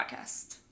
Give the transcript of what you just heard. podcast